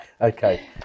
okay